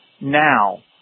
now